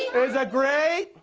is a great,